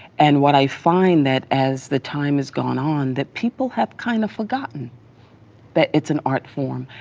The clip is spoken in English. and what i find that as the time has gone on that people have kind of forgotten that it's an art form.